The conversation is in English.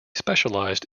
specialized